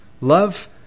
Love